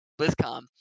BlizzCon